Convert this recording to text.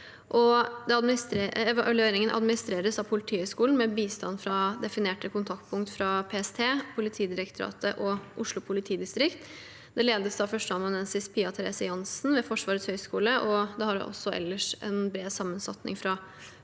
Evalueringen administreres av Politihøgskolen, med bistand fra definerte kontaktpunkt fra PST, Politidirektoratet og Oslo politidistrikt. Utvalget ledes av førsteamanuensis Pia Therese Jansen ved Forsvarets Høgskole og har ellers en bred sammensetning fra